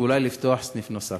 ואולי יש לפתוח סניף נוסף?